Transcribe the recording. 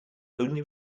only